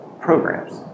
programs